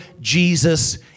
Jesus